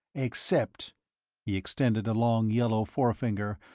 except he extended a long, yellow forefinger,